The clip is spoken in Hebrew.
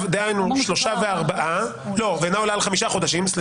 דהיינו שלושה וארבעה רגע, לא להתבלבל.